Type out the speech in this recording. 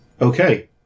Okay